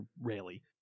rarely